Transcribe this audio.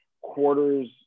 quarters